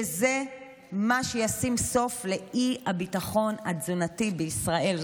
וזה מה שישים סוף לאי-ביטחון התזונתי בישראל,